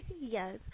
Yes